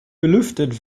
belüftet